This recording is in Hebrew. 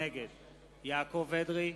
נגד יעקב אדרי,